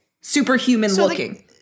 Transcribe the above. Superhuman-looking